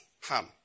Ham